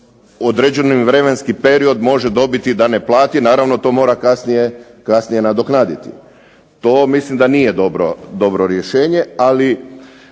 određeni vremenski period može dobiti da ne plati. Naravno to mora kasnije nadoknaditi. To mislim da nije dobro rješenje. Ali